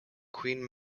queen